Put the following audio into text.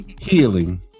Healing